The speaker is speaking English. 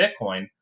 Bitcoin